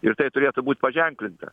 ir tai turėtų būt paženklinta